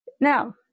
now